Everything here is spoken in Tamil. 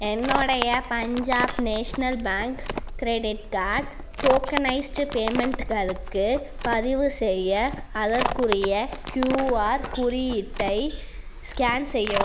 என்னுடைய Punjab national bank credit card tokenised பேமெண்ட்டுகளுக்கு பதிவுசெய்ய அதற்குரிய கியூஆர் குறியீட்டை ஸ்கேன் செய்யவும்